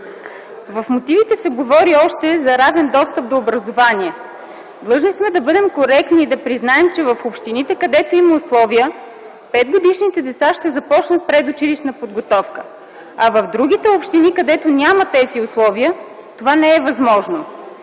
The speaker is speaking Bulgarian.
В мотивите се говори още за равен достъп до образование. Длъжни сме да бъдем коректни и да признаем, че в общините, където има условия, 5-годишните деца ще започнат предучилищна подготовка, а в другите общини, където няма такива условия, това не е възможно,